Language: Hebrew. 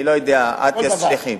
אני לא יודע, "אטיאס שליחים".